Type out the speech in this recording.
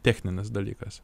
techninis dalykas